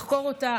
לחקור אותה.